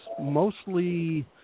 mostly